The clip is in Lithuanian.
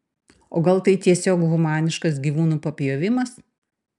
o gal tai tiesiog humaniškas gyvūnų papjovimas